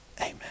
Amen